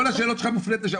כל השאלות שלך מופנות לשם.